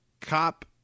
cop